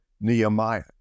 Nehemiah